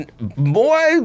Boy